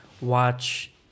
watch